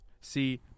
See